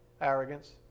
Arrogance